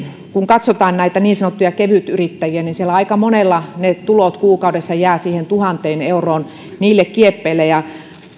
kun katsotaan näitä niin sanottuja kevytyrittäjiä niin siellä aika monella ne tulot kuukaudessa jäävät siihen tuhanteen euroon niille kieppeille